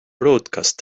broadcast